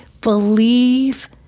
believe